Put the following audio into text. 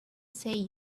say